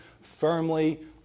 firmly